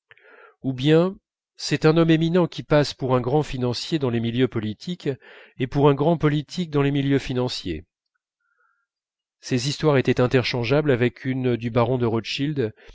ou bien c'est un homme éminent qui passe pour un grand financier dans les milieux politiques et pour un grand politique dans les milieux financiers ces histoires étaient interchangeables avec une du baron de rothschild